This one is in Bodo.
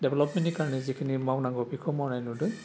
डेब्लभमेन्तनि खामानि जिखिनि मावनांगौ बेखौ मावनाय नुदों